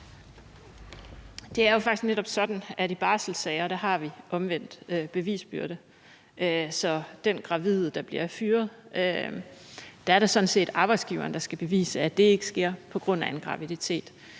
Det er jo faktisk netop sådan, at i barselssager har vi omvendt bevisbyrde, så i forhold til den gravide, der bliver fyret, er det sådan set arbejdsgiveren, der skal bevise, at det ikke sker på grund af graviditeten.